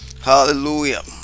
Hallelujah